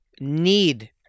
need